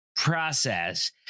process